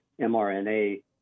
mRNA